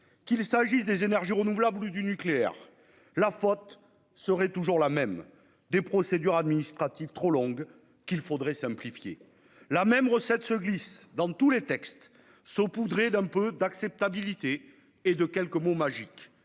Qu'il s'agisse des énergies renouvelables ou du nucléaire, l'explication serait toujours la même : des procédures administratives trop longues, qu'il faudrait simplifier. La même recette se glisse dans tous les textes, saupoudrée d'un peu d'acceptabilité et de quelques mots magiques